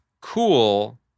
cool